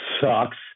sucks